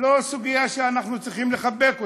לא סוגיה שאנחנו צריכים לחבק אותה.